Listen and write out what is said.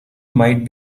might